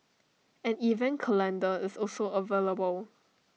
an event calendar is also available